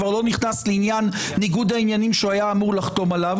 כבר לא נכנס לעניין ניגוד העניינים שהיה אמור לחתום עליו